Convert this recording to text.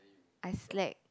I slack